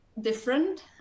different